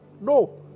No